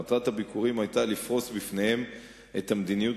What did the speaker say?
מטרת הביקורים היתה לפרוס לפניהם את המדיניות